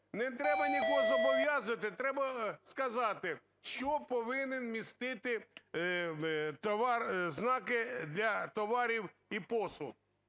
не треба нікого зобов'язувати, треба сказати, що повинен містити товар, знаки для товарів і послуг,